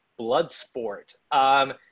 Bloodsport